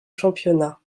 championnat